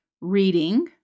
reading